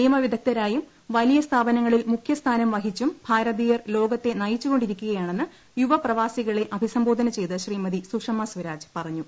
നിയമ വിദഗ്ധരായും വലിയ സ്ഥാപനങ്ങളിൽ മുഖ്യ സ്ഥാനം വഹിച്ചും ഭാരതീയർ ലോകത്തെ നയിച്ചുകൊണ്ടിരിക്കുകയാണെന്ന് യുവ പ്രവാസികളെ അഭിസംബോധന ചെയ്ത് ശ്രീമതി സുഷമസ്വരാജ് പറഞ്ഞു